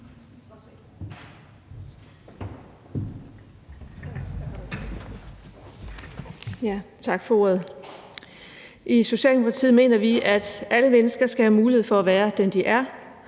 Tak for ordet. I Socialdemokratiet mener vi, at alle mennesker skal have mulighed for at være den, de er,